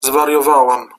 zwariowałam